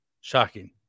shocking